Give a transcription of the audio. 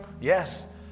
Yes